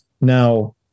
Now